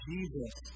Jesus